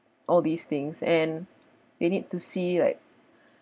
all these things and they need to see like